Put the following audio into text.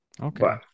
okay